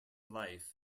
life